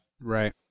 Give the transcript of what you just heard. Right